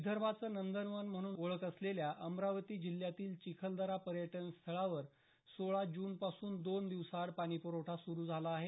विदर्भाचं नंदनवन म्हणून ओळख असलेल्या अमरावती जिल्ह्यातील चिखलदरा पर्यटन स्थळावर सोळा जूनपासून दोन दिवसाआड पाणीपुरवठा सुरू झाला आहे